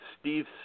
Steve